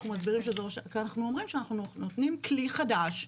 כי אנחנו אומרים שאנחנו נותנים כלי חדש.